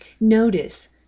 Notice